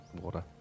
water